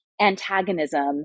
antagonism